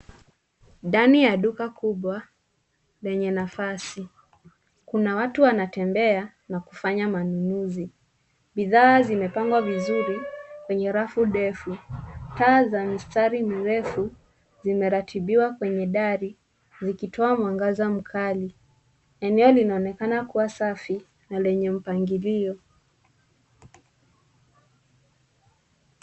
Ndani ya duka kubwa lenye nafasi, kuna watu wanatembea na kufanya manunuzi. Bidhaa zimepangwa vizuri kwenye rafu ndefu. Taa za mistari mirefu zimeratibiwa kwenye dari zikitoa mwangaza mkali. Eneo linaonekana kuwa safi na lenye mpangilio.